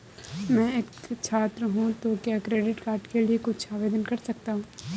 मैं एक छात्र हूँ तो क्या क्रेडिट कार्ड के लिए आवेदन कर सकता हूँ?